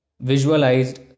visualized